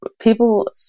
people